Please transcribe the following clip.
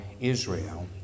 Israel